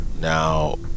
Now